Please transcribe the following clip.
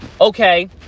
Okay